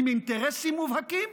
עם אינטרסים מובהקים,